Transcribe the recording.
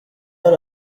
hari